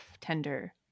tender